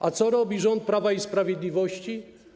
A co robi rząd Prawa i Sprawiedliwości?